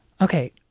Okay